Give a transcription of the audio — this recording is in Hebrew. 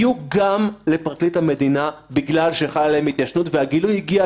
וכדי לבסס את הנושא של הארכת התיישנות לגבי